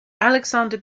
alexander